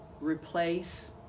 replace